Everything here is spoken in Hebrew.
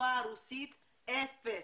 בשפה הרוסית אפס.